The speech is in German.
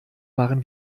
waren